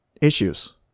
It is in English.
issues